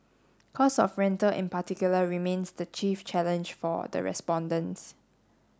cost of rental in particular remains the chief challenge for the respondents